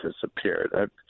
disappeared